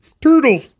Turtle